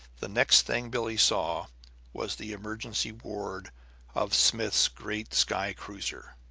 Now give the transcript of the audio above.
the next thing billie saw was the emergency ward of smith's great skycruiser,